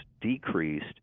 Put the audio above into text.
decreased